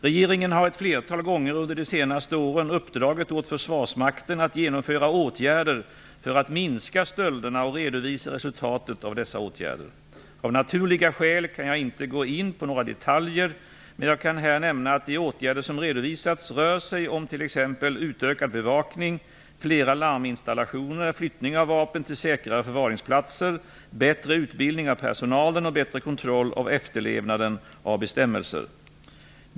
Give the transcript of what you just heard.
Regeringen har ett flertal gånger under de senaste åren uppdragit åt försvarsmakten att genomföra åtgärder för att minska stölderna och redovisa resultatet av dessa åtgärder. Av naturliga skäl kan jag inte gå in på några detaljer, men jag kan här nämna att de åtgärder som redovisats rör sig om t.ex. utökad bevakning, flera larminstallationer, flyttning av vapen till säkrare förvaringsplatser, bättre utbildning av personalen och bättre kontroll av efterlevnaden av bestämmelser.